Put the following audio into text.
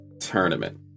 Tournament